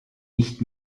nicht